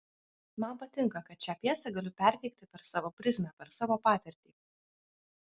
man patinka kad šią pjesę galiu perteikti per savo prizmę per savo patirtį